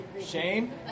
Shame